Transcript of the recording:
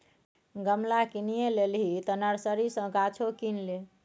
गमला किनिये लेलही तँ नर्सरी सँ गाछो किन ले